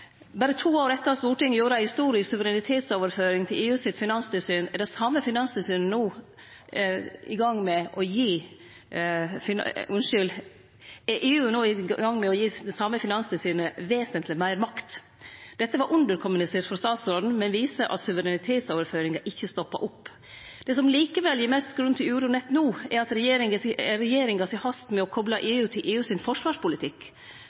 Berre to år etter at Stortinget gjorde ei historisk suverenitetsoverføring til EUs finanstilsyn, er EU no i gang med å gi det same finanstilsynet vesentleg meir makt. Dette var underkommunisert frå statsråden, men viser at suverenitetsoverføringa ikkje stoppar opp. Det som likevel gir mest grunn til uro nett no, er regjeringa si hast med å kople Noreg til EUs forsvarspolitikk.